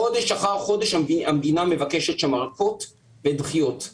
חודש אחר חודש המדינה מבקשת שם ארכות ודחיות.